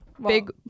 big